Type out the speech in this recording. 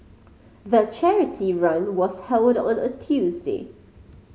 the charity run was held on a Tuesday